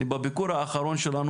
בביקור האחרון שלנו,